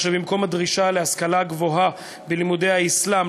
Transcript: שבמקום הדרישה להשכלה גבוהה בלימודי האסלאם,